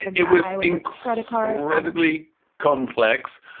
it was incredibly credibly complex.